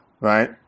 right